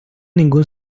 ningún